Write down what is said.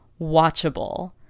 watchable